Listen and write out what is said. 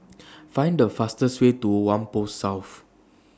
Find The fastest Way to Whampoa South